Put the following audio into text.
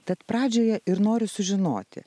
tad pradžioje ir noriu sužinoti